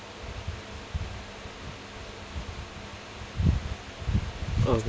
oh okay